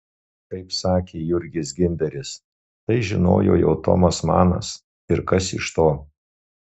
kaip sakė jurgis gimberis tai žinojo jau tomas manas ir kas iš to